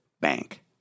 Bank